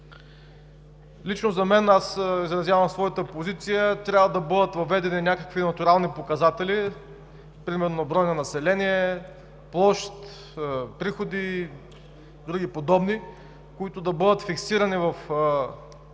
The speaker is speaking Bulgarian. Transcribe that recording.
аванс. Аз изразявам своята позиция, че трябва да бъдат въведени някакви натурални показатели, примерно брой на население, площ, приходи, други подобни, които да бъдат фиксирани в